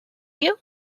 you